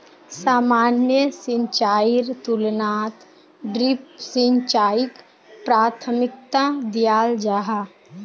सामान्य सिंचाईर तुलनात ड्रिप सिंचाईक प्राथमिकता दियाल जाहा